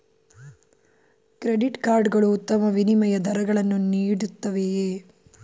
Credit card ಗಳು ಉತ್ತಮ ವಿನಿಮಯ ದರಗಳನ್ನು ನೀಡುತ್ತವೆಯೇ?